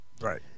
Right